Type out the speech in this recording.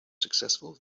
successful